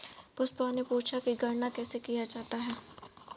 पुष्पा ने पूछा कि कर गणना कैसे किया जाता है?